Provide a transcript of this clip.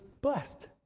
blessed